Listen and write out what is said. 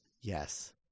Yes